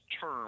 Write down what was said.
term